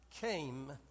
came